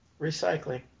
Recycling